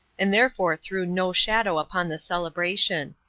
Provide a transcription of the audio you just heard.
and therefore threw no shadow upon the celebration.